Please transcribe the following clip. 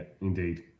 indeed